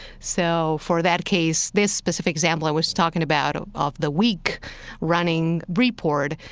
so for that case, this specific example i was talking about of the week running report,